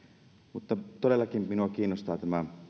mutta todellakin minua kiinnostaa